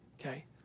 Okay